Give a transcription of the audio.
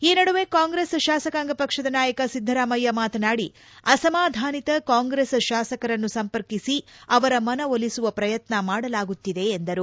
ಈ ನಡುವೆ ಕಾಂಗ್ರೆಸ್ ಶಾಸಕಾಂಗ ಪಕ್ಷದ ನಾಯಕ ಸಿದ್ದರಾಮಯ್ಯ ಮಾತನಾಡಿ ಅಸಮಾಧಾನಿತ ಕಾಂಗ್ರೆಸ್ ಶಾಸಕರನ್ನು ಸಂಪರ್ಕಿಸಿ ಅವರ ಮನವೊಲಿಸುವ ಶ್ರಯತ್ನ ಮಾಡಲಾಗುತ್ತಿದೆ ಎಂದರು